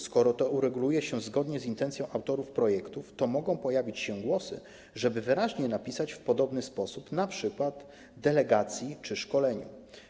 Skoro ureguluje się to zgodnie z intencją autorów projektu, to mogą pojawić się głosy, żeby wyraźnie napisać w podobny sposób np. o delegacji czy szkoleniu.